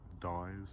dies